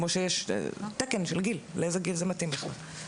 כמו שיש תקן של גיל, לאיזה גיל זה מתאים בכלל.